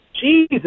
Jesus